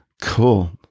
Cool